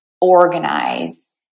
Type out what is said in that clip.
organize